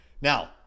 Now